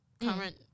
current